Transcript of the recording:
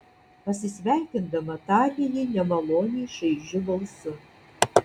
pasisveikindama tarė ji nemaloniai šaižiu balsu